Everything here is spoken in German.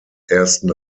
ersten